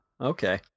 Okay